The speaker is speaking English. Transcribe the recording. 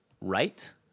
right